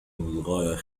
للغاية